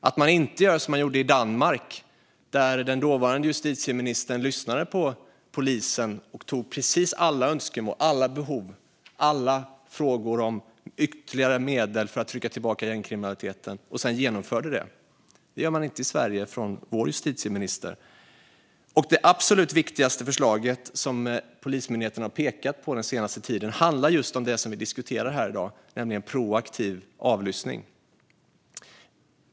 Man gör inte som de gjorde i Danmark, där den dåvarande justitieministern lyssnade på polisen, tog emot precis alla önskemål, behov och frågor om ytterligare medel för att trycka tillbaka gängkriminaliteten och sedan genomförde det. Det gör inte vår justitieminister i Sverige. Det absolut viktigaste förslag som Polismyndigheten har pekat på den senaste tiden handlar om just det som vi diskuterar här i dag, nämligen proaktiv avlyssning.